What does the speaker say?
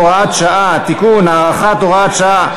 הוראת שעה) (תיקון) (הארכת הוראת שעה),